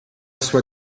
sua